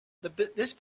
this